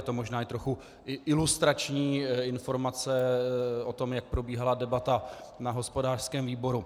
Je to možná i trochu ilustrační informace o tom, jak probíhala debata na hospodářském výboru.